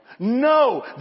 No